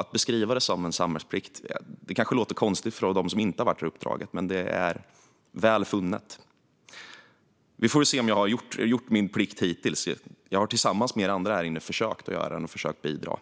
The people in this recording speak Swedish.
Att beskriva det som en samhällsplikt kanske låter konstigt för dem som inte har haft uppdraget, men det är väl funnet, och vi får väl se om jag har gjort min plikt hittills. Jag har tillsammans med er andra här inne försökt att göra den plikten och bidra.